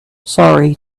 sorry